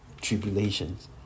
tribulations